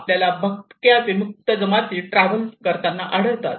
आपल्याला भटक्या विमुक्त जमाती ट्रॅव्हल करताना आढळतात